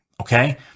okay